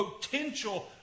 potential